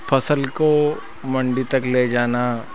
फसल को मंडी तक ले जाना